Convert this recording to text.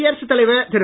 குடியரசுத் தலைவர் திரு